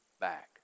back